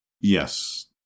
Yes